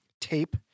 tape